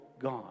God